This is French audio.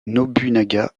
nobunaga